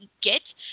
get